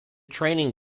training